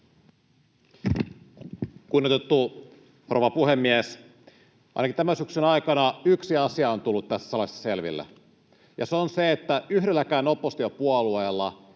Kunnioitettu rouva puhemies! Ainakin tämän syksyn aikana yksi asia on tullut tässä salissa selville, ja se on se, että yhdelläkään oppositiopuolueella